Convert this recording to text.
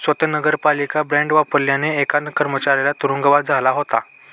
स्वत नगरपालिका बॉंड वापरल्याने एका कर्मचाऱ्याला तुरुंगवास झाला होता